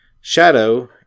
Shadow